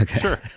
sure